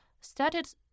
started